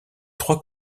trois